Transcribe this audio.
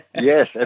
yes